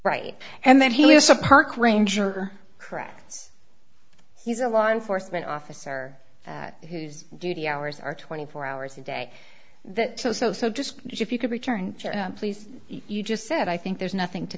right and that he was a park ranger correct he's a law enforcement officer whose duty hours are twenty four hours a day that so so so just if you could return please you just said i think there's nothing to